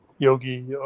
Yogi